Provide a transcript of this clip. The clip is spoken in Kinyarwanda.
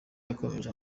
yakomeje